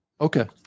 Okay